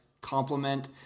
complement